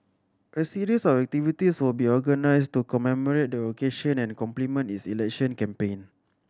a series of activities will be organised to commemorate the occasion and complement is election campaign